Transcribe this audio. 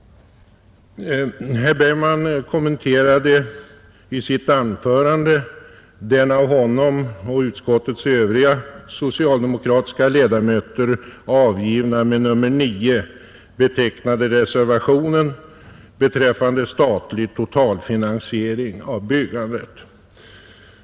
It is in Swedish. Herr Bergman kommenterade i sitt anförande den av honom och utskottets övriga socialdemokratiska ledamöter avgivna med nr 9a betecknade reservationen beträffande statlig totalfinansiering av byggandet.